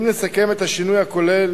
אם נסכם את השינוי הכולל